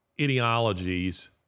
ideologies